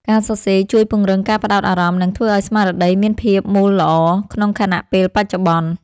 ការសរសេរជួយពង្រឹងការផ្ដោតអារម្មណ៍ និងធ្វើឱ្យស្មារតីមានភាពមូលល្អក្នុងខណៈពេលបច្ចុប្បន្ន។